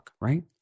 right